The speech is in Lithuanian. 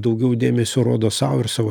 daugiau dėmesio rodo sau ir savo